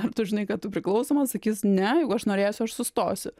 ar tu žinai kad tu priklausomas sakys ne jeigu aš norėsiu aš sustosiu